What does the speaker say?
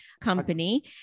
company